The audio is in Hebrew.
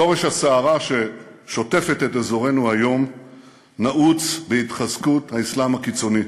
שורש הסערה ששוטפת את אזורנו היום נעוץ בהתחזקות האסלאם הקיצוני.